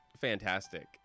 fantastic